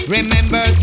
Remember